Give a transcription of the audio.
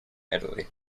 italy